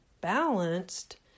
balanced